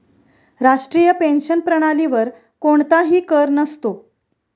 राष्ट्रीय पेन्शन प्रणालीवर कोणताही कर नसतो